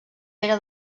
pere